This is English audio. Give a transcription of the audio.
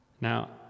now